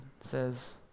says